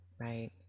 Right